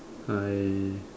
I